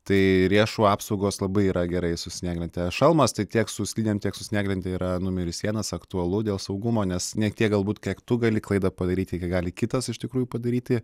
tai riešų apsaugos labai yra gerai su snieglente šalmas tai tiek su slidėm tiek su snieglente yra numeris vienas aktualu dėl saugumo nes ne tiek galbūt kiek tu gali klaidą padaryti kiek gali kitas iš tikrųjų padaryti